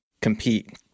compete